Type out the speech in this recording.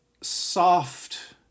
soft